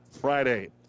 Friday